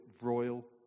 royal